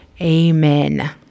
Amen